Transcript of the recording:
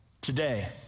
today